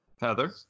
Heather